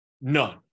none